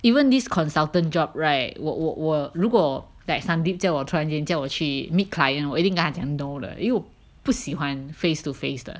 even this consultant job right 我我我如果 like Sandeep 叫我突然间叫我去 meet client 我一定跟他讲 no 的因为我不喜欢 face to face 的